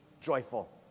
joyful